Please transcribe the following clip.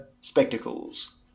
spectacles